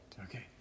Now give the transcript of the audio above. Okay